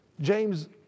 James